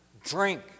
drink